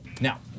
now